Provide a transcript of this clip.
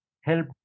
help